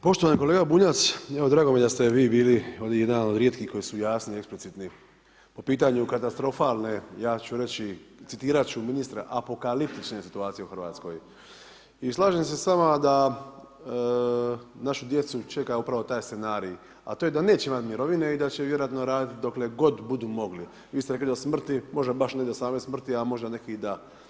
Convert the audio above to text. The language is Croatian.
Poštovani kolega Bunjac, evo drago mi je da ste vi bili ovdje jedan od rijetkih koji su jasni i eksplicitni po pitanju katastrofalne ja ću reći, citirat ću ministra apokaliptične situacije u Hrvatskoj i slažem se s vama da našu djecu čeka upravo taj scenarij, a to je da neće imati mirovine i da će vjerojatno raditi dokle god budu mogli, vi ste rekli do smrti, možda baš ne do same smrti a možda neki i da.